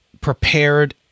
prepared